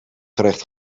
gerecht